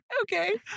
okay